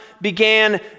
began